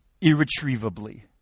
irretrievably